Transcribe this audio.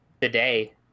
today